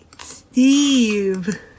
Steve